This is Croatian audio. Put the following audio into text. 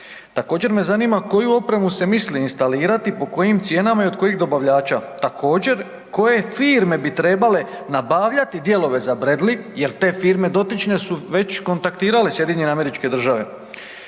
Također me zanima koju opremu se misli instalirati i po kojim cijenama i od kojih dobavljača? Također, koje firme bi trebale nabavljati dijelove za Bradley jer te firme dotične su već kontaktirale SAD. I ono što me